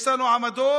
יש לנו עמדות